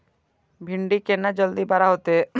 भिंडी केना जल्दी बड़ा होते?